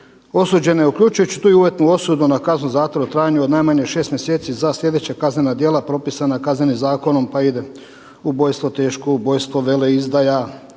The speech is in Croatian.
osuđene uključujući tu i uvjetnu osudu na kaznu zatvora u trajanju od najmanje 6 mjeseci za sljedeća kaznena djela propisana Kaznenim zakonom pa ide ubojstvo, teško ubojstvo, veleizdaja,